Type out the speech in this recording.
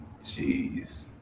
Jeez